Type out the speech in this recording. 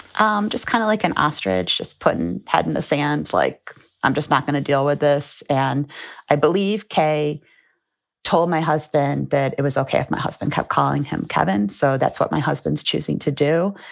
um just kind of like an ostrich just putting head the sand, like i'm just not going to deal with this. and i believe kay told my husband that it was ok if my husband kept calling him cabin. so that's what my husband's choosing to do.